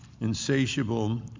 insatiable